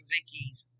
Vicky's